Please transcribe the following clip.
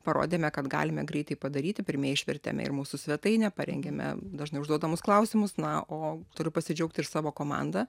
parodėme kad galime greitai padaryti pirmieji išvertėme ir mūsų svetainę parengėme dažnai užduodamus klausimus na o turiu pasidžiaugti ir savo komanda